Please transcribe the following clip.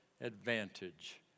advantage